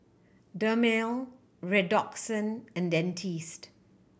Dermale Redoxon and Dentiste